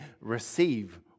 receive